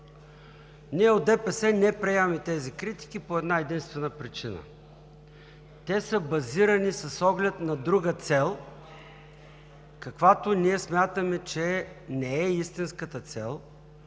Ние от ДПС не приемаме тези критики по една-единствена причина. Те са базирани с оглед на друга цел, каквато ние смятаме, че не е истинската цел